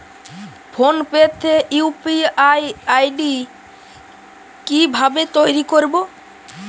Phone pay তে UPI ID কি ভাবে তৈরি করবো?